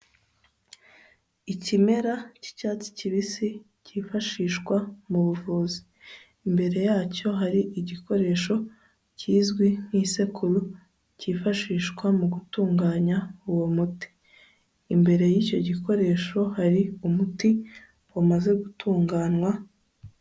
Ikimera cy'icyatsi kibisi cyifashishwa mu buvuzi, imbere yacyo hari igikoresho kizwi nk'isekuru, cyifashishwa mu gutunganya uwo muti, imbere y'icyo gikoresho hari umuti wamaze gutunganywa.